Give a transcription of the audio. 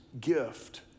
gift